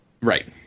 right